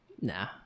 Nah